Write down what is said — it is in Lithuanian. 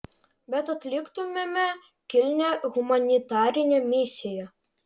bet atliktumėme kilnią humanitarinę misiją